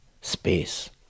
space